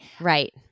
Right